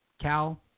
Cal